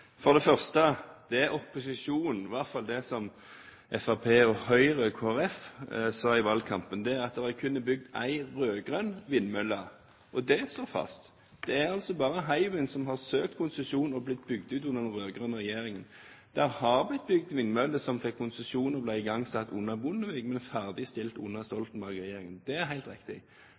for noen korrigeringer til siste innlegg. For det første, det opposisjonen sa i valgkampen, i alle fall Høyre, Fremskrittspartiet og Kristelig Folkeparti, var at det kun er bygd én rød-grønn vindmølle. Det står fast. Det er altså bare Hywind som har søkt konsesjon og blitt bygd ut under den rød-grønne regjeringen. Det har blitt bygd vindmøller som fikk konsesjon og ble igangsatt under Bondevik-regjeringen, men ferdigstilt under Stoltenberg-regjeringen. Det er helt riktig.